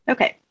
Okay